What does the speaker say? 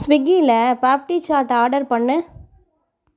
ஸ்விக்கியில papdi chaat order பண்ணு